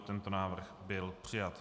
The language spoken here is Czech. Tento návrh byl přijat.